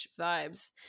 vibes